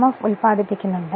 F ഉൽപാദിപ്പിക്കുന്നുണ്ട്